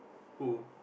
who